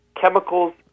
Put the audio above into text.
chemicals